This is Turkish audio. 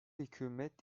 hükümet